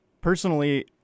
personally –